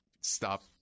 stop